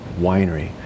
winery